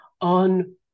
on